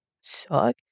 suck